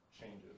changes